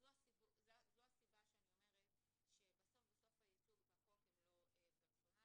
זו הסיבה שאני אומרת שבסוף הייצוג והחוק הם לא פרסונליים.